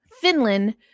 Finland